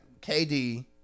KD